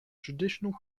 traditional